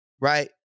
right